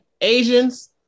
asians